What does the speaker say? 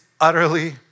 utterly